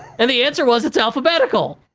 and, the answer was, it's alphabetical.